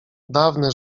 dawne